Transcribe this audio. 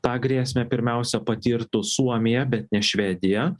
tą grėsmę pirmiausia patirtų suomija bet ne švedija